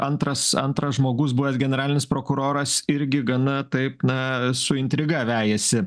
antras antras žmogus buvęs generalinis prokuroras irgi gana taip na su intriga vejasi